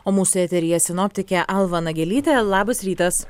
o mūsų eteryje sinoptikė alva nagelytė labas rytas